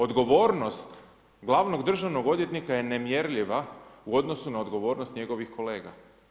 Odgovornost gl. državnog odvjetnika je nemjerljiva u odnosu na odgovornost njegovih kolega.